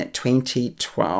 2012